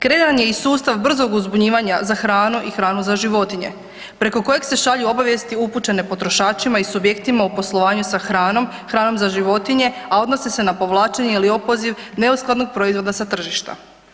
Kreiran je i sustav brzog uzbunjivanja za hranu i hranu za životinje preko kojeg se šalju obavijesti upućene potrošačima i subjektima u poslovanju sa hranom, hranom za životinje, a odnose se na povlačenje ili opoziv neuskladnog proizvoda sa tržišta.